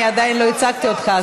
אני עדיין לא הצגתי אותך,